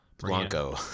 blanco